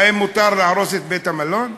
האם מותר להרוס את בית-המלון?